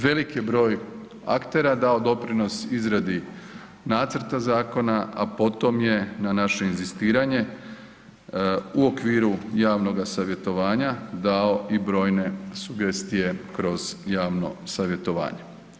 Veliki je broj aktera dao doprinos izradi nacrta zakona, a potom je na naše inzistiranje u okviru javnoga savjetovanja dao i brojne sugestije kroz javno savjetovanje.